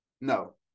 No